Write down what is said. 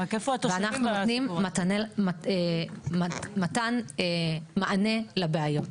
ואנחנו נותנים מענה לבעיות.